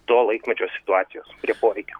to laikmečio situacijos prie poveikio